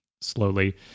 slowly